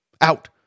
Out